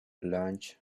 lunch